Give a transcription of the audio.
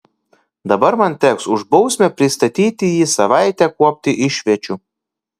dabar man teks už bausmę pristatyti jį savaitę kuopti išviečių